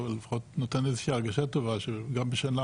אבל לפחות נותן איזושהי הרגשה טובה שגם בשנה